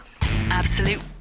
Absolute